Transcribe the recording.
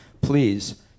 please